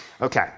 Okay